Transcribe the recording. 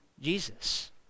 Jesus